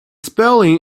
spelling